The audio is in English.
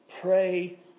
Pray